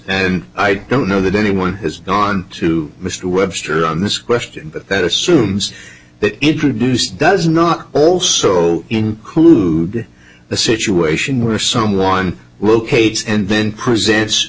and i don't know that anyone has gone to mr webster on this question but that assumes that introduced does not also include the situation where someone locates and then pr